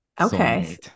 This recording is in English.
Okay